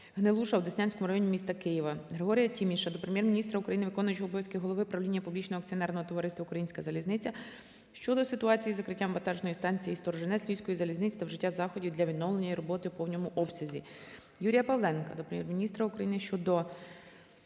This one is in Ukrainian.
Гнилуша у Деснянському районі міста Києва. Григорія Тіміша до Прем'єр-міністра України, виконуючого обов'язки голови правління Публічного акціонерного товариства "Українська залізниця" щодо ситуації із закриттям вантажної станції Сторожинець Львівської залізниці та вжиття заходів для відновлення її роботи у повному обсязі. Юрія Павленка до Прем'єр-міністра України про